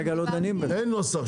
אין נוסח.